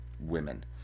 women